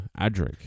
Adric